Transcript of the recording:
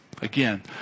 Again